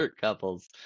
couples